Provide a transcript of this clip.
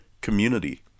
Community